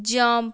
jump